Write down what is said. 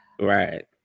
Right